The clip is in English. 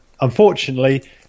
Unfortunately